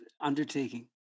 undertaking